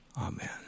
Amen